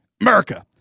America